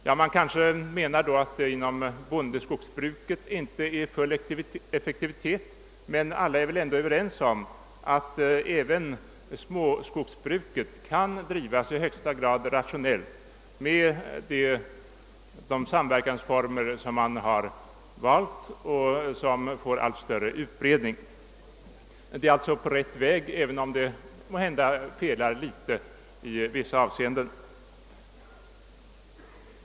De kanske menar att det inom bondeskogsbruket inte råder full effektivitet, men alla är väl överens om att även småskogsbruket kan drivas i högsta grad rationellt med de samverkansformer som man har valt och som får allt större utbredning. Man är alltså på rätt väg, även om det måhända brister litet i vissa avseenden.